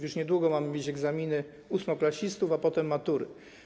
Już niedługo mamy mieć egzaminy ósmoklasistów, a potem matury.